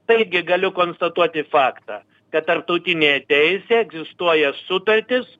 taigi galiu konstatuoti faktą kad tarptautinė teisė egzistuoja sutartis